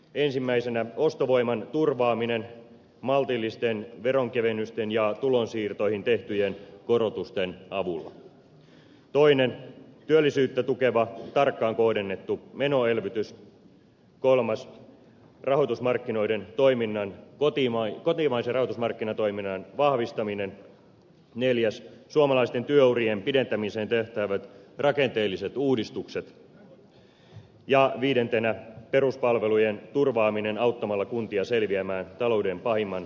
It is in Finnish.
ensimmäisenä ostovoiman turvaaminen maltillisten veronkevennysten ja tulonsiirtoihin tehtyjen korotusten avulla toinen työllisyyttä tukeva tarkkaan kohdennettu menoelvytys kolmas kotimaisen rahoitusmarkkinatoiminnan vahvistaminen neljäs suomalaisten työurien pidentämiseen tähtäävät rakenteelliset uudistukset ja viidentenä peruspalvelujen turvaaminen auttamalla kuntia selviämään talouden pahimman notkahduksen ylitse